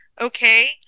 okay